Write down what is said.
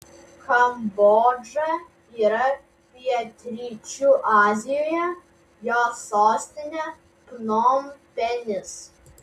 kambodža yra pietryčių azijoje jos sostinė pnompenis